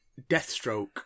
deathstroke